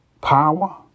power